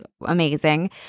amazing